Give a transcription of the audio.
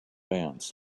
ants